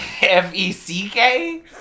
f-e-c-k